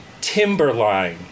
timberline